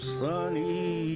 sunny